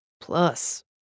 Plus